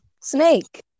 Snake